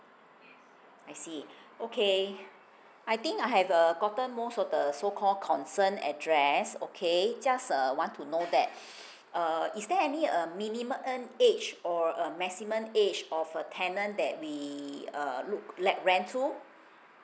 I see okay I think I have err gotten most of the so call concern address okay just uh want to know that uh is there any uh minimum age or a maximum age of a tenant that we uh look like rent to